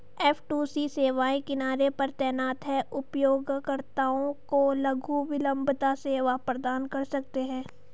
F two C सेवाएं किनारे पर तैनात हैं, उपयोगकर्ताओं को लघु विलंबता सेवा प्रदान कर सकते हैं